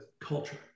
culture